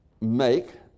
make